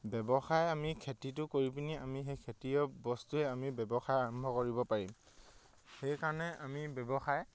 ব্যৱসায় আমি খেতিটো কৰি পিনি আমি সেই খেতিয়ক বস্তুৱে আমি ব্যৱসায় আৰম্ভ কৰিব পাৰিম সেইকাৰণে আমি ব্যৱসায়